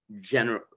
general